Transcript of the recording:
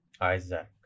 isaac